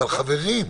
אבל, חברים,